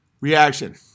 reaction